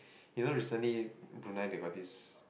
you know recently Brunei they got this